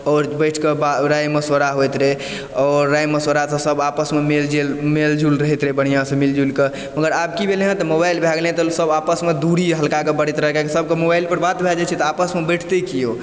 आओर बैठ कऽ राय मशविरा होइत रहै आओर राय मशविरासँ सब आपसमे मेल जेल मेल जुल रहैत रहै बढ़िऑंसँ मिल जुलि कऽ मगर आब कि भेलै हँ तऽ मोबाइल भए गेलै हँ तऽ सब आपसमे दुरी हल्का कऽ बढ़ैत रहै किएकि सबके मोबाइल पर बात भए जाइ छै तऽ आपसमे बैठतै कि ओ